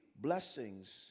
Blessings